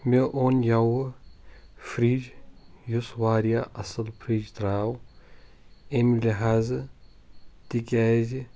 مےٚ اوٚن یوٕ فرج یُس واریاہ اصل فرج درٛاو امہِ لحاظہٕ تِکیٛازِ